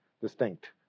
distinct